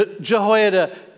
Jehoiada